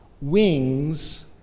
wings